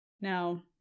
Now